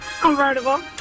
Convertible